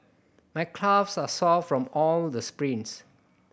my calves are sore from all the sprints